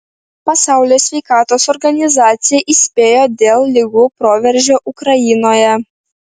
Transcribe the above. pasaulio sveikatos organizacija įspėjo dėl ligų proveržio ukrainoje